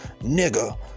nigga